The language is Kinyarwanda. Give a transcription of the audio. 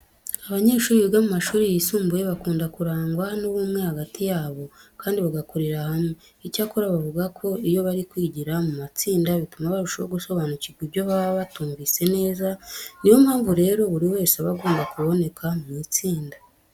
Abanyeshuri biga mu mashuri yisumbuye bakunda kurangwa n'ubumwe hagati yabo kandi bagakorera hamwe. Icyakora bavuga ko iyo bari kwigira mu matsinda bituma barushaho gusobanukirwa ibyo baba batumvise neza. Ni yo mpamvu rero buri wese aba agomba kuboneka mu itsinda.